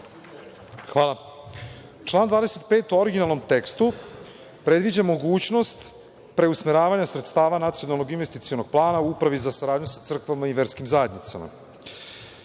Đurić** Član 25. u originalnom tekstu predviđa mogućnost preusmeravanja sredstava Nacionalnog investicionog plana Upravi za saradnju sa crkvama i verskim zajednicama.